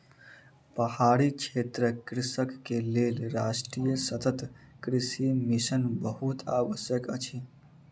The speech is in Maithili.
पहाड़ी क्षेत्रक कृषक के लेल राष्ट्रीय सतत कृषि मिशन बहुत आवश्यक अछि